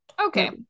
Okay